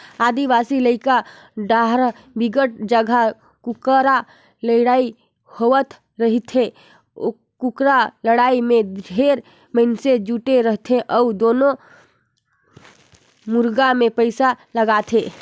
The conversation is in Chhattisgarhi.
आदिवासी इलाका डाहर बिकट जघा कुकरा लड़ई होवत रहिथे, कुकरा लड़ाई में ढेरे मइनसे जुटे रथे अउ दूनों मुरगा मे पइसा लगाथे